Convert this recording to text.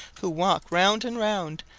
who walk round and round,